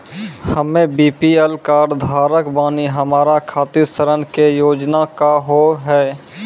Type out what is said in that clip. हम्मे BPL card धारक बानि हमारा खातिर ऋण के योजना का होव हेय?